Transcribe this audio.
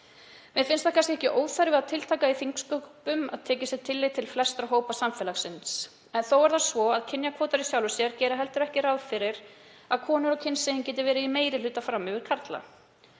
Mér finnst það kannski ekki óþarfi að tiltaka í þingsköpum að tekið sé tillit til flestra hópa samfélagsins en þó er það svo að kynjakvótar í sjálfu sér gera heldur ekki ráð fyrir að konur og kynsegin geti verið í meiri hluta fram yfir karla.